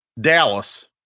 Dallas